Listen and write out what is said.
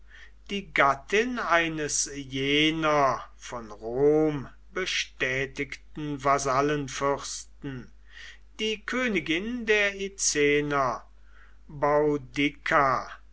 die gattin eines jener von rom bestätigten vasallenfürsten die königin der